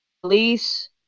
police